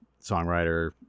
songwriter